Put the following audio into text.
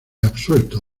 absuelto